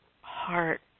heart